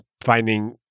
finding